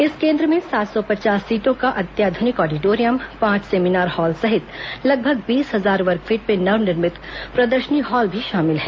इस केन्द्र में सात सौ पचास सीटों का अत्याध्रनिक ऑडिटोरियम पांच सेमिनार हॉल सहित लगभग बीस हजार वर्गफीट में नवनिर्मित प्रदर्शनी हॉल भी शामिल है